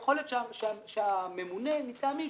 שלחו לו שלושה מכתבים.